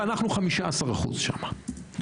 ואנחנו 15% שם.